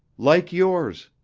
like yours,